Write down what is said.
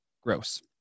gross